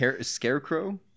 scarecrow